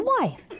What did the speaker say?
wife